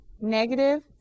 negative